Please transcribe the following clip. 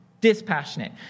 Dispassionate